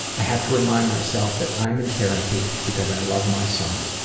i have to remind myself that i'm in therapy because i love my son.